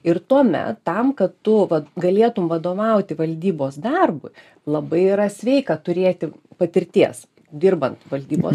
ir tuomet tam kad tu galėtum vadovauti valdybos darbui labai yra sveika turėti patirties dirbant valdybos